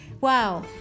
Wow